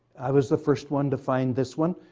i was the first one to find this one,